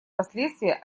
последствия